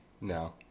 No